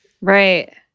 Right